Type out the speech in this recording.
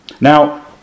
Now